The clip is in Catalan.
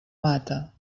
mata